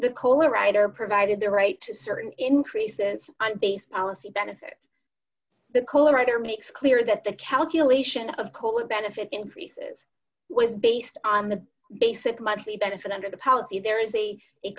the koehler rider provided the right to certain increases on base policy benefits that co writer makes clear that the calculation of cola benefit increases was based on the basic monthly benefit under the policy there is a